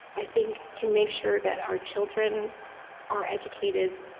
i think, to make sure that our children are educated,